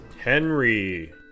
Henry